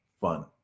fun